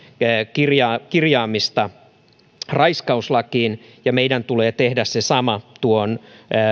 kirjaamista kirjaamista raiskauslakiin ja meidän tulee tehdä se sama tuon